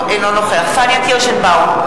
אינו נוכח פניה קירשנבאום,